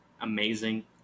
amazing